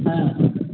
नहि